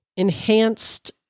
enhanced